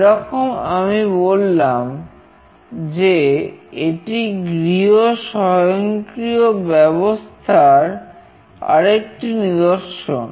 যেরকম আমি বললাম যে এটি গৃহ স্বয়ংক্রিয় ব্যবস্থার আরেকটি নিদর্শন